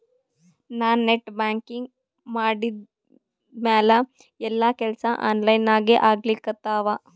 ನಾ net banking ಮಾಡಿದ್ಮ್ಯಾಲ ಎಲ್ಲಾ ಕೆಲ್ಸಾ ಆನ್ಲೈನಾಗೇ ಆಗ್ಲಿಕತ್ತಾವ